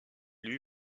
lui